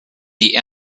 die